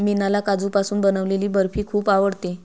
मीनाला काजूपासून बनवलेली बर्फी खूप आवडते